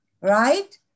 right